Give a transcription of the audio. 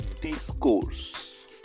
discourse